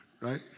right